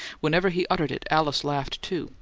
whenever he uttered it alice laughed, too,